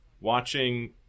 watching